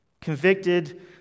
Convicted